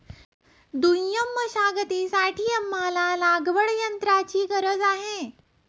दुय्यम मशागतीसाठी आम्हाला लागवडयंत्राची गरज आहे